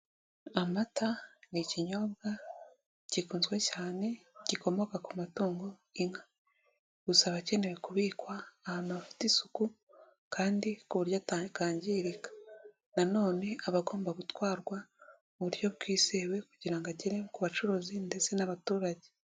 Amata ni ikinyobwa gikunzwe cyane gikomoka ku matungo inka, gusa abakeneye kubikwa ahantu hafite isuku kandi ku buryo atakangirika, nanone abagomba gutwarwa mu buryo bwizewe kugira ngo agere ku bacuruzi ndetse n'abaturage.